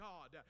God